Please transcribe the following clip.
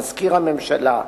מזכיר הממשלה,